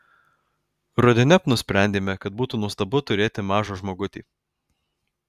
rudeniop nusprendėme kad būtų nuostabu turėti mažą žmogutį